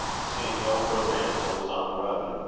seeing no further answer was on the road.